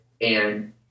And-